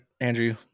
Andrew